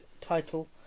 title